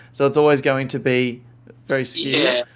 so, it's always going to be very skewed. yeah